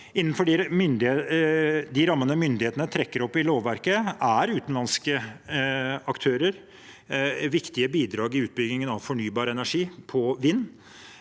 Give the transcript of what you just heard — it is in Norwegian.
Innenfor de rammene myndighetene trekker opp i lov verket, er utenlandske aktører viktige bidrag i utbyggingen av fornybar energi på vind.